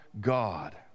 God